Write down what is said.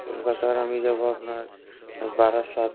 কলকাতার আমি যাব আপনার বারাসাত